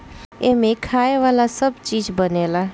एमें खाए वाला सब चीज बनेला